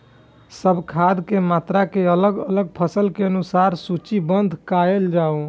सब खाद के मात्रा के अलग अलग फसल के अनुसार सूचीबद्ध कायल जाओ?